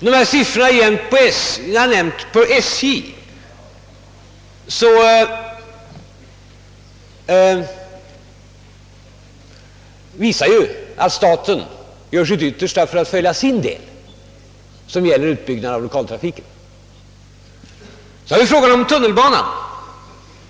De siffror jag har nämnt beträffande SJ visar ju att staten gör sitt yttersta för att fullfölja sin del av över Så har vi frågan om tunnelbanan.